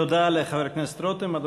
תודה לחבר הכנסת רותם.